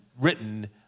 written